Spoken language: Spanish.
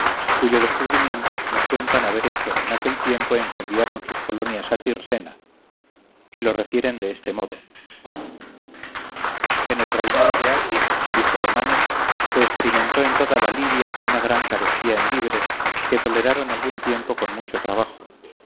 cuyo descubrimiento nos cuentan haber hecho en aquel tiempo en que enviaron sus colonias a tirsenia y lo refieren de este modo en el reinado de atis el hijo de manes se experimentó en toda la lidia una gran carestía en víveres que toleraron algún tiempo con mucho trabajo